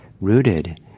rooted